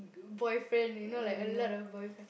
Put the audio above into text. boyfriend you know like a lot of boyfriend